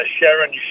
Sharon